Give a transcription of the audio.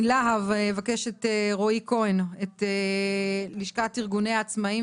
רועי כהן, נשיא לה"ב, בבקשה.